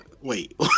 wait